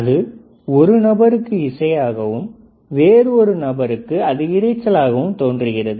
அது ஒரு நபருக்கு இசையாகவும் வேறு ஒரு நபருக்கு அது இரைச்சலாகவும் தோன்றுகிறது